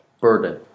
Burden